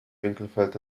winkelfeld